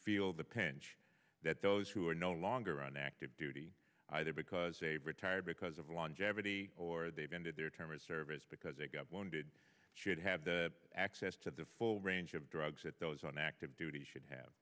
feel the pinch that those who are no longer on active duty either because a retired because of longevity or they've ended their term of service because they got wounded should have access to the full range of drugs that those on active duty should have